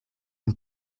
une